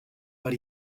but